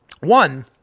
One